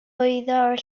wyddor